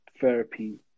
therapy